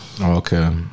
Okay